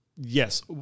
Yes